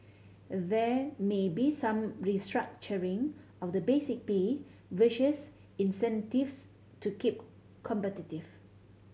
there may be some restructuring of the basic pay versus incentives to keep competitive